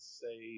say